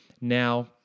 Now